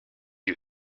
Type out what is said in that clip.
you